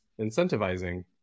incentivizing